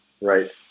Right